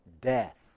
death